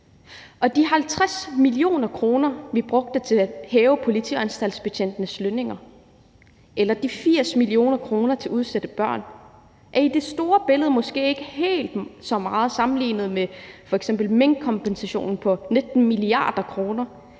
og de 50 mio. kr., vi brugte til at hæve politi- og anstaltsbetjentenes lønninger, eller de 80 mio. kr. til udsatte børn er i det store billede måske ikke helt så meget sammenlignet med f.eks. minkkompensationen på 19 mia. kr.